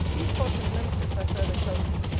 these spots and blemishes, i further tell him,